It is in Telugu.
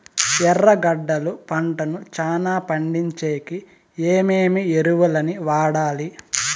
ఎర్రగడ్డలు పంటను చానా పండించేకి ఏమేమి ఎరువులని వాడాలి?